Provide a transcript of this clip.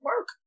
work